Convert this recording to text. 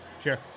sure